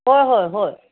हो हो हो